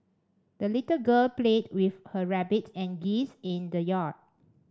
the little girl played with her rabbit and geese in the yard